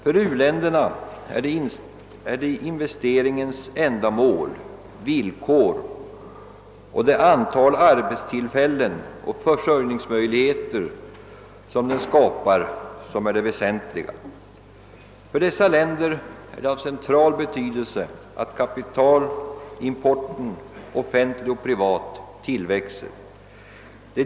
För u-länderna är det investeringens ändamål och villkor samt det antal arbetstillfällen och försörjningsmöjligheter den skapar som är det väsentliga. Det är av central betydelse för u-länderna att kapitalimporten — offentlig och privat — tillväxer.